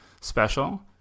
special